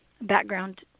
background